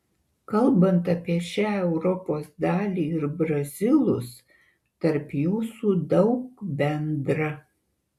kalbant apie šią europos dalį ir brazilus tarp jūsų daug bendra